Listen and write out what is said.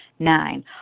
Nine